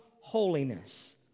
holiness